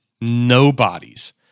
nobodies